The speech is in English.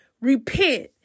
repent